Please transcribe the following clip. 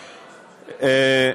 אוקיי?